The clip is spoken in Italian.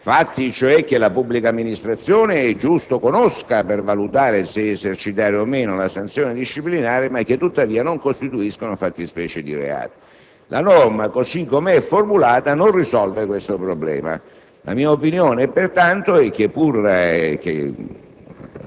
fatti cioè che la pubblica amministrazione è giusto conosca per valutare se esercitare o meno la sanzione disciplinare, ma che tuttavia non costituiscono fattispecie di reato? La norma, così com'è formulata, non risolve questo problema. La mia opinione, pertanto, è che, pur